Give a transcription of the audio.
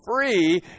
free